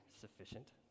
sufficient